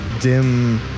dim